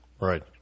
Right